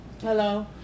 Hello